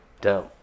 dumb